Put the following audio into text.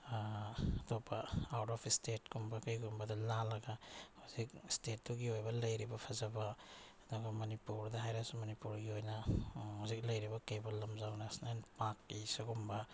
ꯑꯇꯣꯞꯄ out of ꯁ꯭ꯇꯦꯠꯀꯨꯝꯕ ꯀꯩꯒꯨꯝꯕꯗ ꯂꯥꯜꯂꯒ ꯃꯁꯤ ꯁ꯭ꯇꯦꯠꯇꯨꯒꯤ ꯑꯣꯏꯕ ꯂꯩꯔꯤꯕ ꯐꯖꯕ ꯑꯗꯨꯒ ꯃꯅꯤꯄꯨꯔꯗ ꯍꯥꯏꯔꯁꯨ ꯃꯅꯤꯄꯨꯔꯒꯤ ꯑꯣꯏꯅ ꯍꯧꯖꯤꯛ ꯂꯩꯔꯤꯕ ꯀꯩꯕꯨꯜ ꯂꯝꯖꯥꯎ ꯅꯦꯁꯅꯦꯜ ꯄꯥꯔꯛꯀꯤ ꯁꯤꯒꯨꯝꯕ